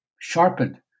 sharpened